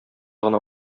гына